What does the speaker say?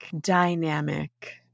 dynamic